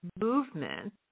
movement